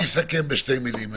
אסכם בכמה מילים.